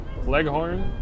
Leghorn